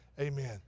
amen